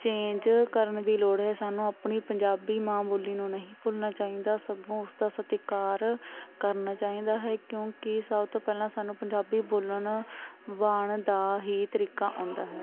change ਕਰਨ ਦੀ ਲੋੜ ਹੈ ਸਾਨੂੰ ਆਪਣੀ ਪੰਜਾਬੀ ਮਾਂ ਬੋਲੀ ਨੂੰ ਨਹੀਂ ਭੁੱਲਣਾ ਚਾਹੀਦਾ ਸਗੋਂ ਉਸ ਦਾ ਸਤਿਕਾਰ ਕਰਨਾ ਚਾਹੀਦਾ ਹੈ ਕਿਉਂਕਿ ਸਭ ਤੋਂ ਪਹਿਲਾਂ ਸਾਨੂੰ ਪੰਜਾਬੀ ਬੋਲਣ ਵਲ਼ ਦਾ ਹੀ ਤਰੀਕਾ ਆਉਂਦਾ ਹੈ